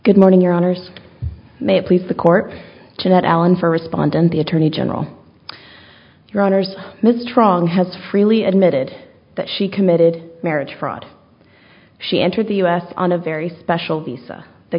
good morning your honour's may it please the court jeanette allen for respondent the attorney general your honors ms truong has freely admitted that she committed marriage fraud she entered the us on a very special visa the